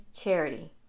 charity